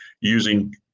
using